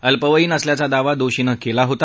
अल्पवयीन असल्याचा दावा दाषीनं केला होता